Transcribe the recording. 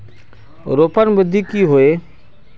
रोपण विधि की होय?